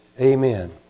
Amen